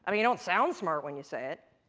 i mean you don't sound smart when you say it.